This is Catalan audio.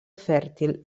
fèrtil